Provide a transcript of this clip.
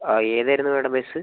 ആ ഏതായിരുന്നു madam bus